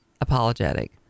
apologetic